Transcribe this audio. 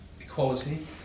equality